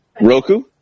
Roku